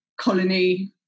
colony